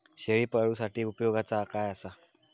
शेळीपाळूसाठी उपयोगाचा काय असा?